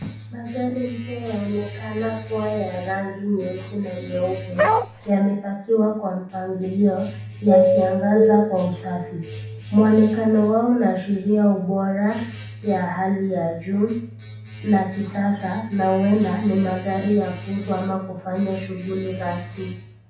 Magari mpya yaonekana kuwa ya rangi nyeusi na nyeupe, yamepakiwa kwa mpangilio yakiangaza kwa usafi. Mwonekano wao unaashiria ubora ya hali ya juu na kisasa na ueda ni magari ya kuuzwa ama kufanya shughuli rasmi.